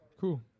Cool